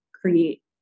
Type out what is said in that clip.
create